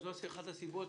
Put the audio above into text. זו אחת הסיבות